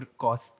cost